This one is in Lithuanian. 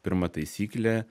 pirma taisyklė